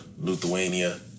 Lithuania